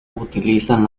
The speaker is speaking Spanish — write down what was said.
utilizan